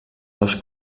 dos